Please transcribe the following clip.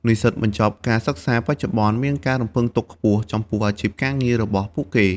និស្សិតបញ្ចប់ការសិក្សាបច្ចុប្បន្នមានការរំពឹងទុកខ្ពស់ចំពោះអាជីពការងាររបស់ពួកគេ។